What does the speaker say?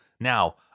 Now